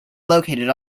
located